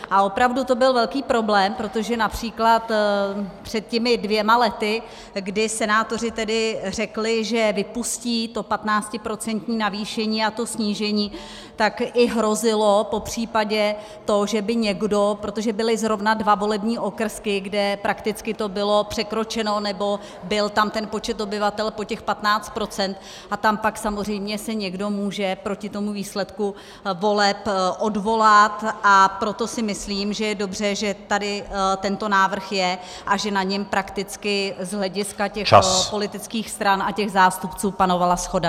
Ale opravdu to byl velký problém, protože například před těmi dvěma lety, kdy senátoři tedy řekli, že vypustí to patnáctiprocentní navýšení a to snížení, tak i hrozilo popřípadě to, že by někdo, protože byly zrovna dva volební okrsky, kde prakticky to bylo překročeno, nebo byl tam ten počet obyvatel po těch 15 %, a tam pak samozřejmě se někdo může proti tomu výsledku voleb odvolat, a proto si myslím, že je dobře, že tady tento návrh je a že na něm prakticky z hlediska těch politických stran a těch zástupců panovala shoda.